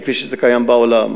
כפי שזה קיים בעולם.